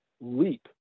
leap